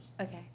Okay